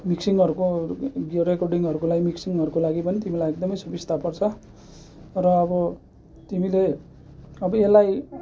मिक्सिङहरूको यो रेकडिङहरूको लागि मिक्सिङहरूको लागि पनि तिमीलाई एकदमै सुबिस्ता पर्छ र अब तिमीले अब यसलाई